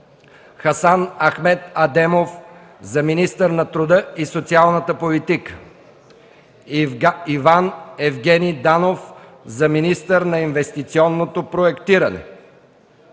Хасан Ахмед Адемов за министър на труда и социалната политика; - Иван Евгени Данов за министър на инвестиционното проектиране;